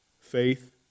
faith